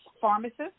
pharmacist